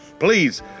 Please